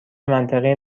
منطقی